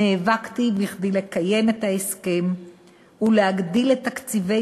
נאבקתי כדי לקיים את ההסכם ולהגדיל את תקציבי